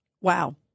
Wow